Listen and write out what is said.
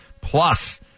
plus